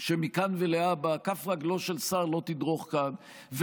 שמכאן ולהבא כף רגלו של שר לא תדרוך כאן,